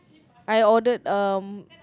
I ordered um